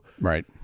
Right